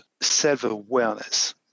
self-awareness